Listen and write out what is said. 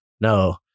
no